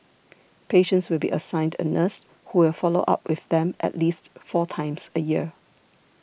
patients will be assigned a nurse who will follow up with them at least four times a year